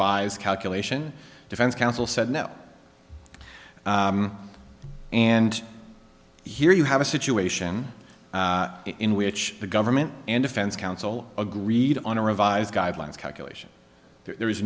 d calculation defense counsel said no and here you have a situation in which the government and defense counsel agreed on a revised guidelines calculation there is